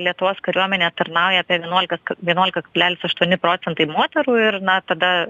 lietuvos kariuomenė tarnauja apie vienuolika vienuolika kablelis aštuoni procentai moterų ir na tada